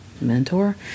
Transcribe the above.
mentor